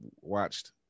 watched